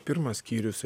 pirmas skyrius